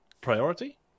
priority